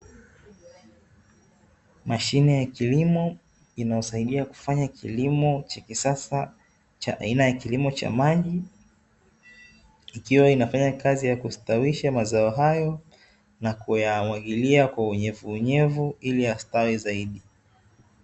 Mashine ya kilimo inayosaidia kufanya kilimo cha kisasa cha aina ya kilimo cha maji, ikiwa inafanya kazi ya kustawisha mazao hayo na kuyamwagilia kwa unyevu unyevu ili yastawi zaidi.